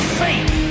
fate